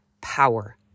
power